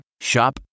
Shop